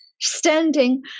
standing